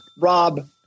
rob